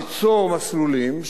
ליצור מסלולים,